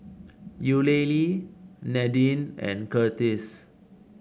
Eulalie Nadine and Curtis